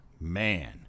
man